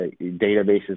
databases